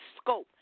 scope